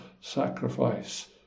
sacrifice